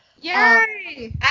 yay